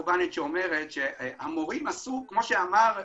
שאומרת שהמורים, כמו שאמר אבוהב,